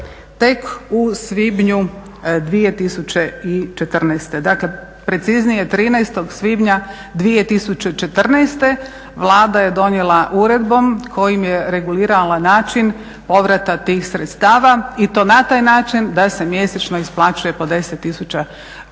tek u svibnju 2014., dakle preciznije 13. svibnja 2014. Vlada je donijela uredbom kojim je regulirala način povrata tih sredstava i to na taj način da se mjesečno isplaćuje po 10 tisuća